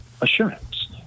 assurance